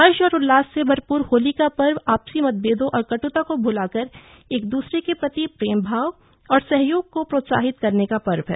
हर्ष और उल्लास से भरपूर होली का पर्व आपसी मतभेदों और कट्ता को भ्लाकर एकदूसरे के प्रति प्रेमभाव और सहयोग को प्रोत्साहित करने का पर्व है